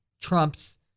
Trump's